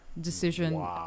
decision